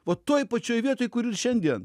o toj pačioj vietoj kur ir šiandien